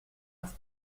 auf